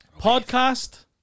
Podcast